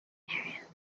area